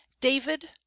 david